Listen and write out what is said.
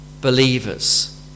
believers